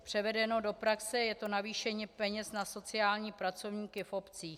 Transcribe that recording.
Převedeno do praxe je to navýšení peněz na sociální pracovníky v obcích.